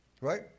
right